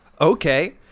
okay